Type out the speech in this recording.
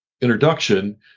introduction